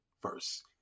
first